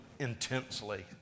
intensely